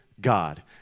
God